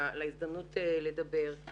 להזדמנות לדבר.